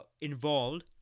involved